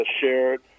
shared